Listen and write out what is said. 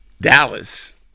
Dallas